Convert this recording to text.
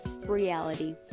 reality